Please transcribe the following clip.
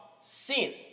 sin